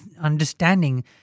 understanding